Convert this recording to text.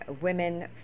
women